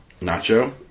Nacho